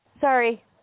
Sorry